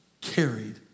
carried